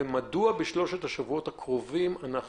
ומדוע בשלושת השבועות הקרובים אנחנו